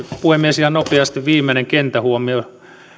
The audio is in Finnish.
puhemies ihan nopeasti viimeinen kenttähuomio